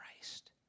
Christ